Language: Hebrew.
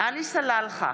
עלי סלאלחה